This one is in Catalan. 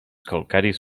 calcaris